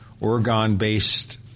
Oregon-based